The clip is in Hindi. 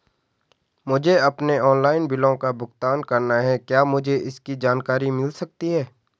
मुझे अपने ऑनलाइन बिलों का भुगतान करना है क्या मुझे इसकी जानकारी मिल सकती है?